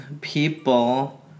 people